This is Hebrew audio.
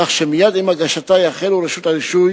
כך שמייד עם הגשתה יחלו רשות הרישוי